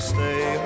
Stay